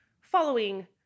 following